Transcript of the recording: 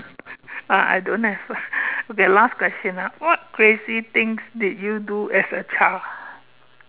ah I don't have lah okay last question ah what crazy things did you do as a child